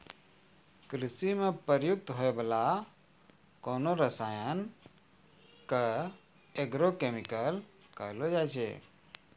कृषि म प्रयुक्त होय वाला कोनो रसायन क एग्रो केमिकल कहलो जाय छै